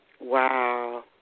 Wow